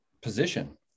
position